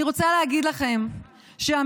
אני רוצה להגיד לכם שהמדינה,